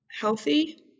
healthy